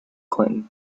clinton